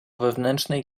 wewnętrznej